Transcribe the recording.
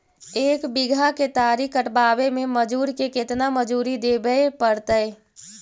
एक बिघा केतारी कटबाबे में मजुर के केतना मजुरि देबे पड़तै?